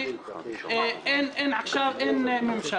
להיות קשובה.